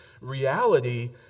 reality